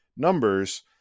numbers